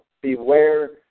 Beware